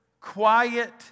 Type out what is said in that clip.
quiet